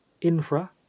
infra